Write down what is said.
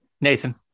Nathan